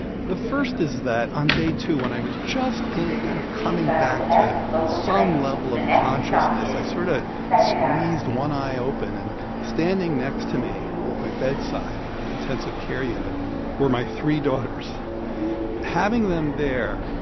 the first is that on day two, when i was just kind of coming back to some level of consciousness, i sort of squeezed one eye open, and standing next to me at my bedside in the intensive care unit were my three daughters having them there,